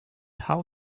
how